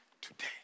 today